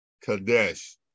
kadesh